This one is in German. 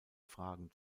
fragen